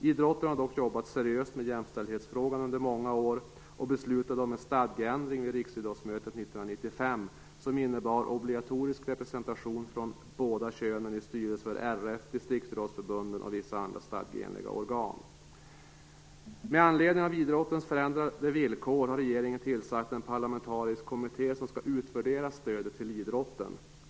Idrotten har dock jobbat seriöst med jämställdhetsfrågan under många år och beslutade om en stadgeändring vid Riksidrottsmötet 1995 som innebar obligatorisk representation från båda könen i styrelsen för RF, distriktsidrottsförbunden och vissa andra stadgeenliga organ. Med anledning av idrottens förändrade villkor har regeringen tillsatt en parlamentarisk kommitté, som skall utvärdera stödet till idrotten.